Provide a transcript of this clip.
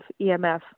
EMF